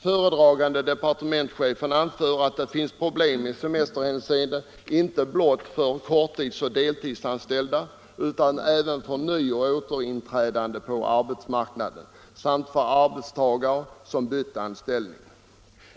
Föredragande departementschefen anför att det finns problem i semesterhänseende inte blott för korttidsoch deltidsanställda utan även för nyoch återinträdande på arbetsmarknaden samt för arbetstagare som bytt anställning.